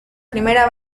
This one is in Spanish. primera